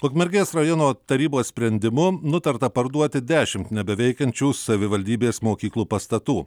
ukmergės rajono tarybos sprendimu nutarta parduoti dešimt nebeveikiančių savivaldybės mokyklų pastatų